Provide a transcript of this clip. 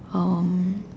um